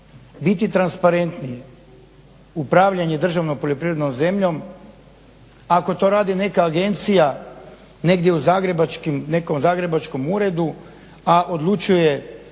biti transparentnije upravljanje državnom poljoprivrednom zemljom ako to radi neka agencija negdje u nekom zagrebačkom uredu a odlučuje